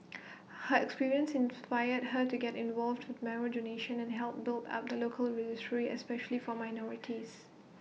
her experience inspired her to get involved marrow donation and help build up the local registry especially for minorities